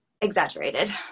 exaggerated